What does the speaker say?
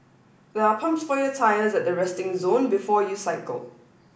there are pumps for your tyres at the resting zone before you cycle